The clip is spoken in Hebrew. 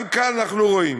גם כאן אנחנו רואים